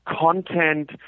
content